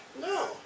No